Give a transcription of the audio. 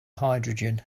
hydrogen